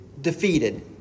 defeated